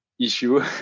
issue